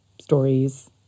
stories